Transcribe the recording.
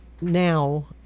now